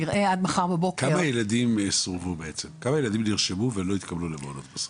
נראה עד מחר בבוקר --- כמה ילדים נרשמו ולא התקבלו למעונות בסוף?